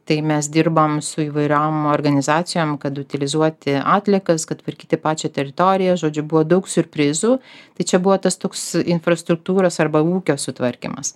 tai mes dirbom su įvairiom organizacijom kad utilizuoti atliekas tvarkyti pačią teritoriją žodžiu buvo daug siurprizų tai čia buvo tas toks infrastruktūros arba ūkio sutvarkymas